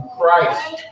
christ